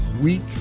week